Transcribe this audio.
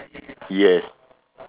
yes